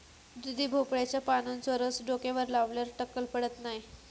दुधी भोपळ्याच्या पानांचो रस डोक्यावर लावल्यार टक्कल पडत नाय